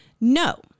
No